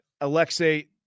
Alexei